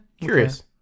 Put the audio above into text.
curious